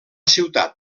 ciutat